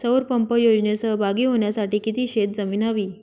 सौर पंप योजनेत सहभागी होण्यासाठी किती शेत जमीन हवी?